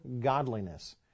godliness